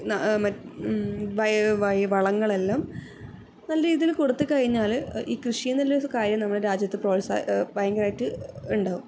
വളങ്ങളെല്ലാം നല്ല രീതിയിൽ കൊടൂത്ത് കഴിഞ്ഞാൽ ഈ കൃഷീന്നുള്ളൊരു കാര്യം നമ്മുടെ രാജ്യത്ത് പ്രോത്സാ ഭയങ്കരമായിട്ട് ഉണ്ടാവും